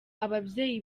ababyeyi